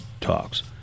talks